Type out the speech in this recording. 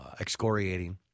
excoriating